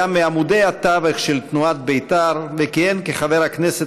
היה מעמודי התווך של תנועת בית"ר וכיהן כחבר הכנסת